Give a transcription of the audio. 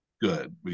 good